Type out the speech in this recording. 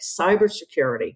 cybersecurity